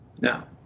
Now